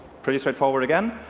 pretty straightforward again.